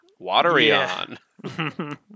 Wateryon